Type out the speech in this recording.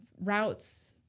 routes